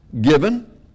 given